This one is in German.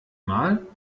mal